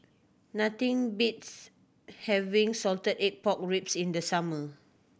nothing beats having salted egg pork ribs in the summer